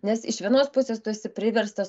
nes iš vienos pusės tu esi priverstas